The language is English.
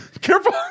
Careful